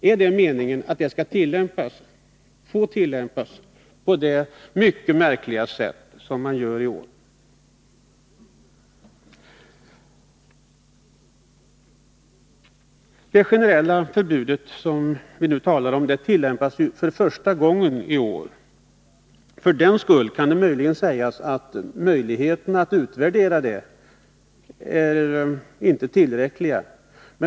Är det meningen att lagen skall få tillämpas på det mycket märkliga sätt som den tillämpas i år? Det generella förbud som vi nu talar om tillämpas ju för första gången i år. För den skull kan det kanske sägas att underlaget för en utvärdering inte är tillräckligt.